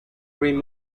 rim